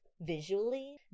visually